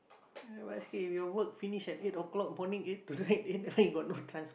you know basket if your work finish at eight o-clock bonding eight to nine at night you got no transport